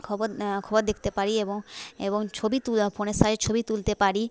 খবর খবর দেখতে পারি এবং এবং ছবি তোলা ফোনের সাহায্যে ছবি তুলতে পারি